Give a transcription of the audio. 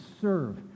serve